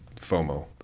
FOMO